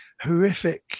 horrific